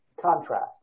Contrast